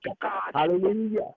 Hallelujah